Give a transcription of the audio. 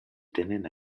tenen